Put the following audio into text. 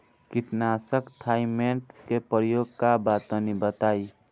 कीटनाशक थाइमेट के प्रयोग का बा तनि बताई?